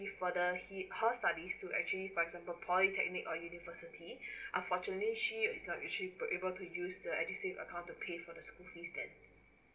for the to actually polytechnic or university unfortunately she's not actually able to use the edusave account to pay for the school fee and